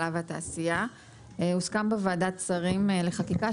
הוסכם בוועדת שרים לחקיקה,